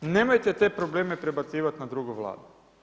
Nemojte te probleme prebacivati na drugu vladu.